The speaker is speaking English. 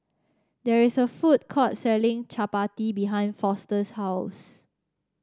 there is a food court selling chappati behind Foster's house